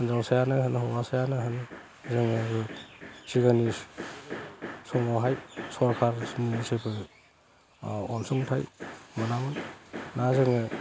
हिनजावसायानो होन हौवासायानो होन सिगांनि समावहाय सरखारनि जेबो अनसुंथाइ मोनामोन दा जोङो